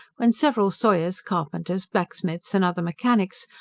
when several sawyers, carpenters, blacksmiths, and other mechanics,